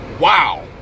wow